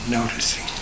noticing